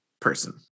person